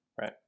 Right